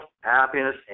happiness